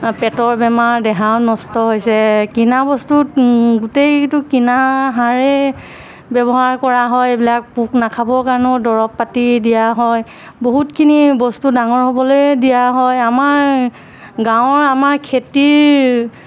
পেটৰ বেমাৰ দেহাও নষ্ট হৈছে কিনা বস্তু গোটেইটো কিনা সাৰে ব্যৱহাৰ কৰা হয় এইবিলাক পোক নাখাবৰ কাৰণেও দৰৱ পাতি দিয়া হয় বহুতখিনি বস্তু ডাঙৰ হ'বলৈ দিয়া হয় আমাৰ গাঁৱৰ আমাৰ খেতিৰ